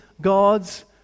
God's